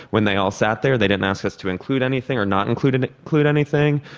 when they all sat there they didn't ask us to include anything or not include and include anything,